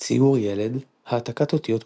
ציור ילד, העתקת אותיות פשוטות,